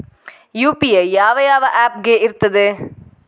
UPI ಯಾವ ಯಾವ app ಗೆ ಇರ್ತದೆ?